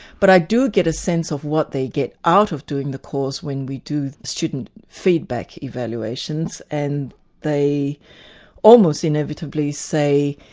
but i do get a sense of what they get out of doing the course, when we do student feedback evaluations, and they almost inevitably say,